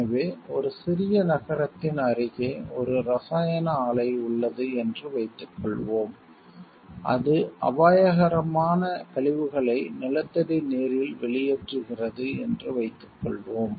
எனவே ஒரு சிறிய நகரத்தின் அருகே ஒரு இரசாயன ஆலை உள்ளது என்று வைத்துக்கொள்வோம் அது அபாயகரமான கழிவுகளை நிலத்தடி நீரில் வெளியேற்றுகிறது என்று வைத்துக்கொள்வோம்